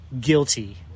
guilty